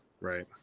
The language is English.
Right